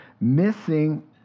missing